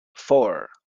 four